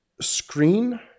Screen